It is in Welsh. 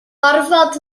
gorfod